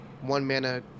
one-mana